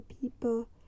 people